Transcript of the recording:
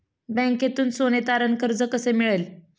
बँकेतून सोने तारण कर्ज कसे मिळेल?